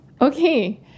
okay